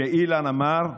ואילן אמר: